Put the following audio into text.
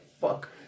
fuck